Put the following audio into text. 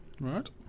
Right